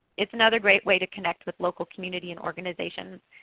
it's another great way to connect with local community and organizations,